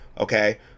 Okay